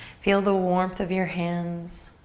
feel the warmth of your hands.